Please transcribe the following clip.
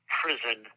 prison